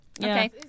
okay